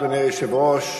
אדוני היושב-ראש,